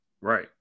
Right